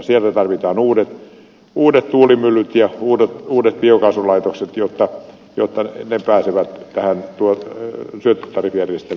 siellä tarvitaan uudet tuulimyllyt ja uudet biokaasulaitokset jotta ne pääsevät syöttötariffijärjestelmän piiriin